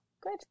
good